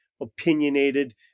opinionated